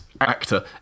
actor